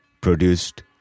produced